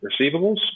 receivables